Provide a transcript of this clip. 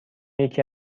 یکی